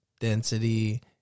density